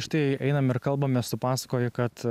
štai einam ir kalbamės tu pasakoji kad